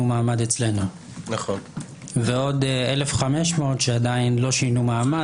מעמד אצלנו ועוד 1,500 שעדיין לא שינו מעמד,